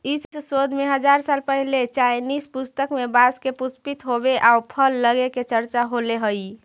इस शोध में हजार साल पहिले चाइनीज पुस्तक में बाँस के पुष्पित होवे आउ फल लगे के चर्चा होले हइ